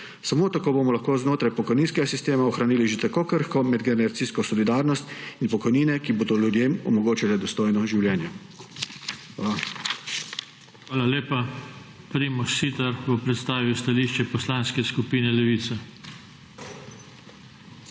Samo tako bomo lahko znotraj pokojninskega sistema ohranili že tako krhko medgeneracijsko solidarnost in pokojnine, ki bodo ljudem omogočale dostojno življenje. Hvala. **PODPREDSEDNIK JOŽE TANKO:** Hvala lepa. Primož Siter bo predstavil stališče Poslanske skupine Levica.